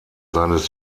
seines